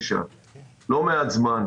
לא מעט זמן.